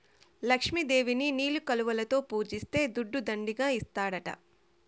లక్ష్మి దేవిని నీలి కలువలలో పూజిస్తే దుడ్డు దండిగా ఇస్తాడట